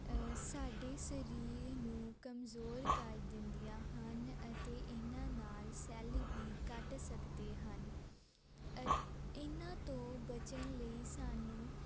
ਸਾਡੇ ਸਰੀਰ ਨੂੰ ਕਮਜ਼ੋਰ ਕਰ ਦਿੰਦੀਆਂ ਹਨ ਅਤੇ ਇਹਨਾਂ ਨਾਲ ਸੈੱਲ ਵੀ ਘੱਟ ਸਕਦੇ ਹਨ ਇਹਨਾਂ ਤੋਂ ਬਚਣ ਲਈ ਸਾਨੂੰ